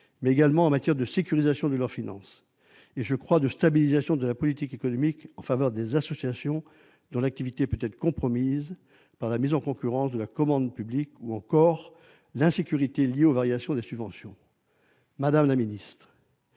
mais également en matière de sécurisation financière, ainsi, me semble-t-il, que de stabilisation de la politique économique en faveur des associations dont l'activité pourrait être compromise par la mise en concurrence de la commande publique ou par l'insécurité liée aux variations de subventions. Madame la secrétaire